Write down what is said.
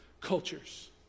cultures